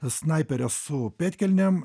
snaiperes su pėdkelnėm